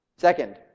Second